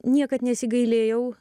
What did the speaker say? niekad nesigailėjau